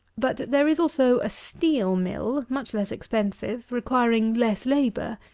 but there is also a steel mill, much less expensive, requiring less labour,